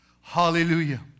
Hallelujah